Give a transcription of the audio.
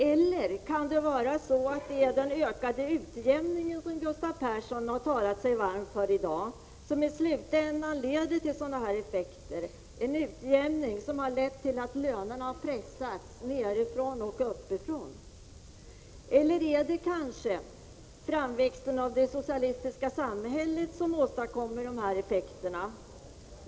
Eller kan det vara så att det är den ökade utjämningen som Gustav Persson har talat sig varm för i dag som i slutändan leder till sådana här effekter? Denna utjämning har lett till att lönerna har pressats både nedifrån och uppifrån. Eller är det kanske framväxten av det socialistiska samhället som åstadkommer de här effekterna?